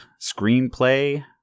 screenplay